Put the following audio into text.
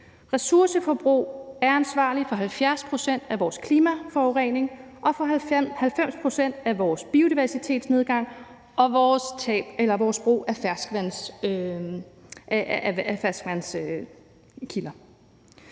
Ressourceforbruget er ansvarligt for 70 pct. af vores klimaforurening og for 90 pct. af vores biodiversitetsnedgang og vores brug af ferskvandskilder.